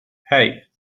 hey